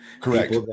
Correct